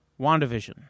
WandaVision